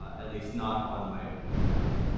ah at least not on myopenmath.